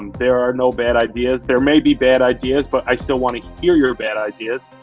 um there are no bad ideas. there may be bad ideas, but i still want to hear your bad ideas.